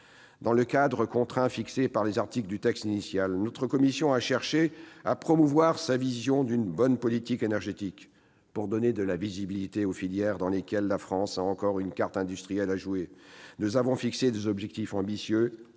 Dans le cadre contraint fixé par les articles du texte initial, notre commission a cherché à promouvoir sa vision d'une bonne politique énergétique. Pour donner de la visibilité aux filières dans lesquelles la France a encore une carte industrielle à jouer, nous avons fixé des objectifs ambitieux,